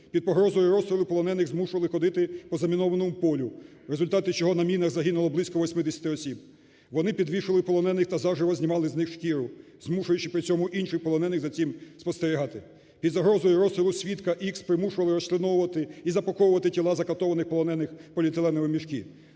Під погрозою розстрілу полонених змушували ходити по замінованому полю, в результаті чого на мінах загинуло близько 80 осіб. Вони підвішували полонених та заживо знімали з них шкіру, змушуючи при цьому інших полонених за цим спостерігати. Під загрозою розстрілу свідка Х примушували розчленовувати і запаковувати тіла закатованих полонених в поліетиленові мішки.